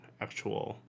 actual